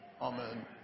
Amen